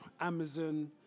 Amazon